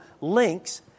links